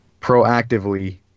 proactively